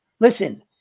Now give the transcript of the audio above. listen